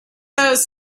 those